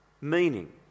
meaning